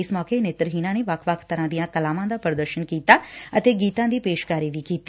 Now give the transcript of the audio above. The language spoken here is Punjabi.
ਇਸ ਮੌਕੇ ਨੇਤਰਹੀਣਾਂ ਨੇ ਵੱਖ ਵੱਖ ਤਰੁਾਂ ਦੀਆਂ ਕਲਾਵਾਂ ਦਾ ਪੁਦਰਸ਼ਨ ਕੀਤਾ ਅਤੇ ਗੀਤਾਂ ਦੀ ਪੇਸ਼ਕਾਰੀ ਵੀ ਦਿੱਤੀ